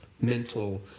mental